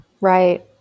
Right